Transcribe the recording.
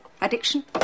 addiction